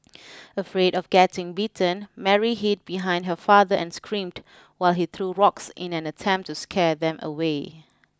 afraid of getting bitten Mary hid behind her father and screamed while he threw rocks in an attempt to scare them away